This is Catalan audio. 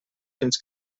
fins